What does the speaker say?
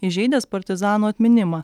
įžeidęs partizanų atminimą